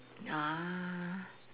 ah